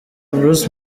bruce